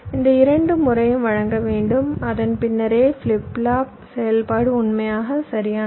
இந்த இரண்டு முறையும் வழங்க வேண்டும் அதன் பின்னரே ஃபிளிப் ஃப்ளாப் செயல்பாடு உண்மையாக சரியானது